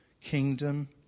kingdom